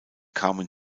kamen